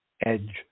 edge